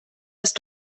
hast